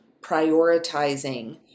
prioritizing